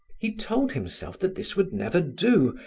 he told himself that this would never do,